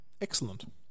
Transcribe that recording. Excellent